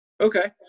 Okay